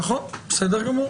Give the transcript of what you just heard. נכון, בסדר גמור,